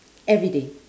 everyday